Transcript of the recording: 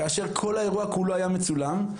כאשר כל האירוע כולו היה מצולם.